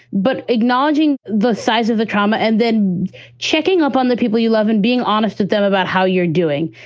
but acknowledging the size of the trauma and then checking up on the people you love and being honest with them about how you're doing.